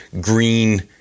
green